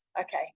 Okay